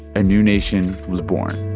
a new nation was born